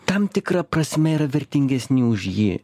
tam tikra prasme yra vertingesni už jį